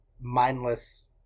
mindless